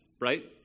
Right